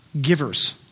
givers